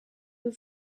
were